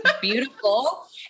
beautiful